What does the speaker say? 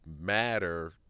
matter